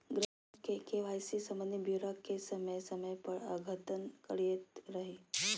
ग्राहक के के.वाई.सी संबंधी ब्योरा के समय समय पर अद्यतन करैयत रहइ